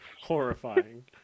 horrifying